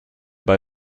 bei